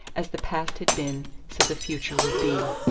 as the past had been, so the future would be.